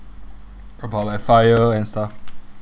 about like FIRE and stuff